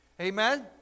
Amen